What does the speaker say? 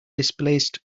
displaced